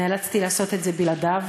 נאלצתי לעשות את זה בלעדיו.